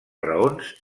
raons